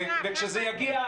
וכשזה יגיע,